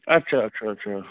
अच्छा अच्छा अच्छा